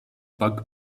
bug